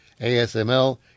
ASML